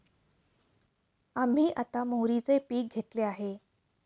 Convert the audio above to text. आम्ही आता मोहरीचे पीक घेतले आहे